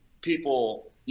people